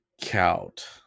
count